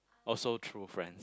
oh so through friends